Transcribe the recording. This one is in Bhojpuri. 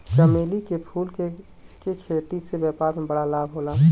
चमेली के फूल के खेती से व्यापार में बड़ा लाभ होला